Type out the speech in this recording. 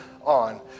on